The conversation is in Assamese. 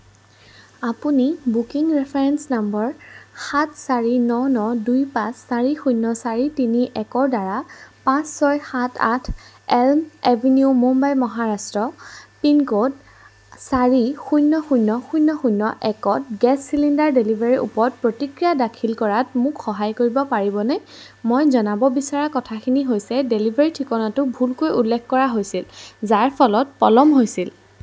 আপুনি বুকিং ৰেফাৰেঞ্চ নম্বৰ সাত চাৰি ন ন দুই পাঁচ চাৰি শূন্য চাৰি তিনি একৰদ্বাৰা পাঁচ ছয় সাত আঠ elm avenue Mumbai Maharashtra pincode চাৰি শূন্য শূন্য শূন্য শূন্য একত গেছ চিলিণ্ডাৰ ডেলিভাৰীৰ ওপৰত প্ৰতিক্ৰিয়া দাখিল কৰাত মোক সহায় কৰিব পাৰিবনে মই জনাব বিচৰা কথাখিনি হৈছে ডেলিভাৰী ঠিকনাটো ভুলকৈ উল্লেখ কৰা হৈছিল যাৰ ফলত পলম হৈছিল